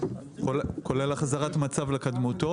כולל החזרת המצב לקדמותו?